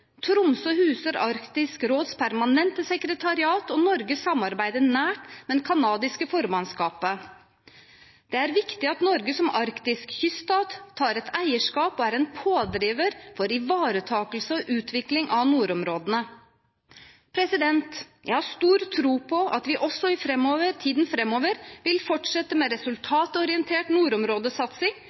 Tromsø huser Arktisk råds permanente sekretariat, og Norge samarbeider nært med det kanadiske formannskapet. Det er viktig at Norge som arktisk kyststat tar et eierskap og er en pådriver for ivaretakelse og utvikling av nordområdene. Jeg har stor tro på at vi også i tiden framover vil fortsette med resultatorientert nordområdesatsing